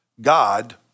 God